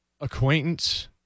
acquaintance